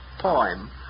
poem